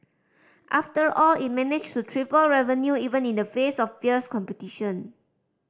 after all it managed to triple revenue even in the face of fierce competition